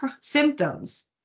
symptoms